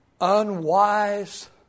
unwise